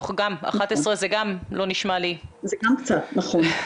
11 גם לא נשמע לי --- זה גם קצת, נכון.